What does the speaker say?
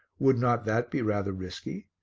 would not that be rather risky?